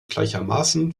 gleichermaßen